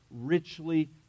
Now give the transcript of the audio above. richly